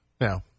now